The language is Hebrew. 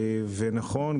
ונכון,